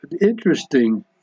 interesting